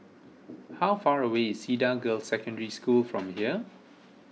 how far away is Cedar Girls' Secondary School from here